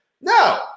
no